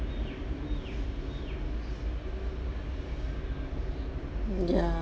yeah